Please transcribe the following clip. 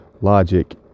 Logic